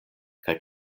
kaj